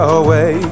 away